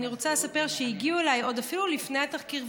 אני רוצה לספר שהגיעו אליי אפילו עוד לפני התחקיר,